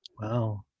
Wow